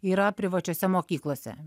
yra privačiose mokyklose